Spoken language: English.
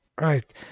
Right